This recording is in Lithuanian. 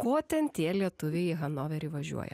ko ten tie lietuviai į hanoverį važiuoja